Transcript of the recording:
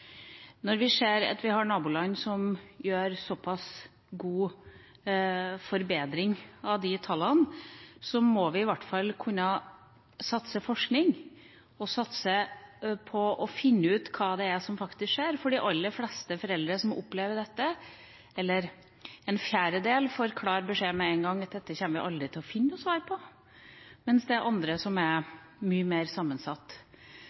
Når vi ser at vi har naboland som har så pass stor forbedring av disse tallene, må vi i hvert fall kunne drive forskning og satse på å finne ut hva som faktisk skjer, for de aller fleste foreldre som opplever dette, eller en fjerdedel, får klar beskjed med en gang at dette kommer vi aldri til å finne noe svar på, mens det er andre tilfeller som er mye mer sammensatt.